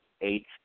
eight